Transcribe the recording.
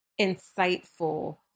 insightful